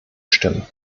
stimmen